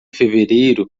fevereiro